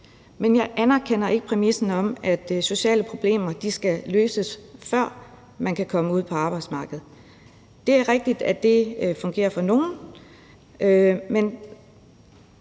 Men jeg anerkender ikke præmissen om, at sociale problemer skal løses, før man kan komme ud på arbejdsmarkedet, og for nogle